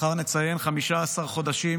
מחר נציין 15 חודשים